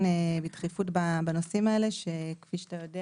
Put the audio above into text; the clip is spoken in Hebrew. בדחיפות בנושאים האלה שכפי שאתה יודע